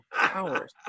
hours